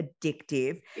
addictive